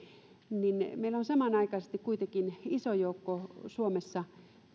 kun meillä on samanaikaisesti kuitenkin iso joukko suomessa